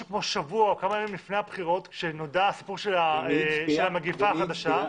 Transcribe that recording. שבוע או כמה ימים לפני הבחירות עת נודע סיפור המגפה החדשה.